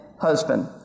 husband